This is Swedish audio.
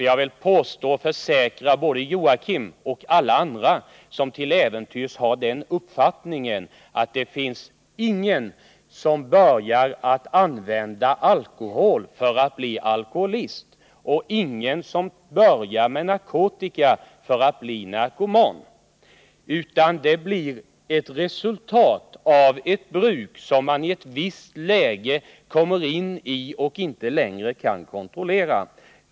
Jag vill försäkra både Joakim Ollén och alla andra, som till äventyrs har den uppfattningen, att det finns ingen som börjar använda alkohol för att bli alkoholist och ingen som börjar med narkotika för att bli narkoman, utan detta blir resultatet av ett bruk som mani ett visst läge kommer in i och sedan inte längre kan kontrollera.